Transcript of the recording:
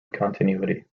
continuity